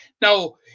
Now